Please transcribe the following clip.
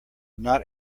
not